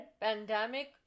pandemic